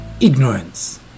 Ignorance